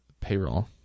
payroll